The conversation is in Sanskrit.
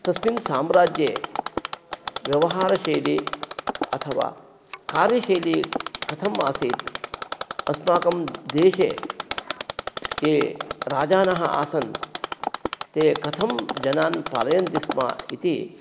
तस्मिन् साम्राज्ये व्यवहारशैली अथवा कार्यशैली कथम् आसीत् अस्माकं देशे ये राजानः आसन् ते कथं जनान् पालयन्ति स्म इति